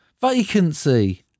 Vacancy